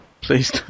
please